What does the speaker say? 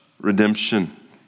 redemption